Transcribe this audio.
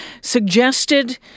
suggested